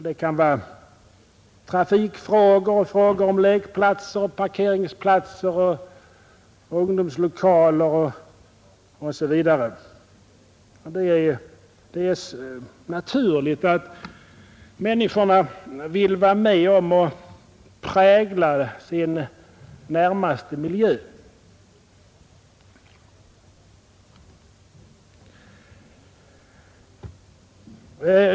Det kan gälla trafikfrågor, frågor om lekplatser, parkeringsplatser, ungdomslokaler osv. Det är naturligt att människorna vill vara med om att prägla sin närmaste miljö.